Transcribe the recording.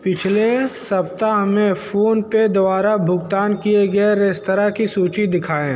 पिछले सप्ताह में फोनपे द्वारा भुगतान किए गए रेस्तराँ की सूची दिखाएँ